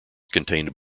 contained